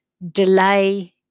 delay